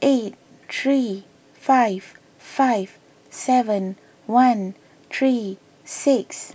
eight three five five seven one three six